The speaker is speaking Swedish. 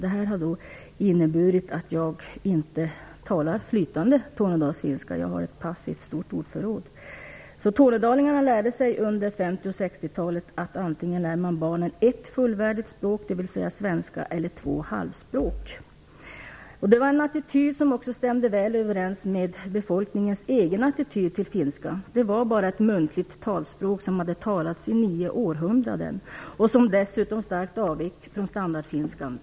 Det har inneburit att jag inte talar flytande tornedalsfinska. Jag har ett stort passivt ordförråd. Under 50 och 60-talet lärde sig tornedalingarna att man antingen kan lära barnen ett fullvärdigt språk, dvs. svenska, eller två halvspråk. Det var en attityd som också stämde väl överens med befolkningens egen attityd till finskan. Det var bara ett muntligt språk som hade talats i nio århundraden och som dessutom starkt avvek från standardfinskan.